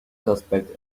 suspects